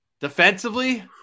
defensively